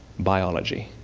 biology.